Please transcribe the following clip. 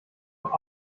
doch